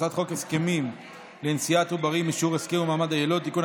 הצעת חוק הסכמים לנשיאת עוברים (אישור הסכם ומעמד היילוד) (תיקון,